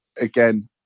again